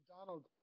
Donald